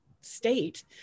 state